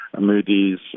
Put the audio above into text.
Moody's